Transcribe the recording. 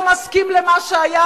אם אתה לא מסכים למה שהיה,